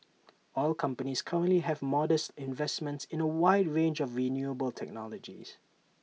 oil companies currently have modest investments in A wide range of renewable technologies